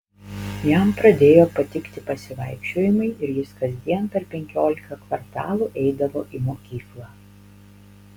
jam pradėjo patikti pasivaikščiojimai ir jis kasdien per penkiolika kvartalų eidavo į mokyklą